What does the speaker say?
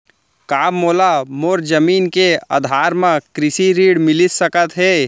का मोला मोर जमीन के आधार म कृषि ऋण मिलिस सकत हे?